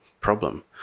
problem